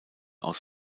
aus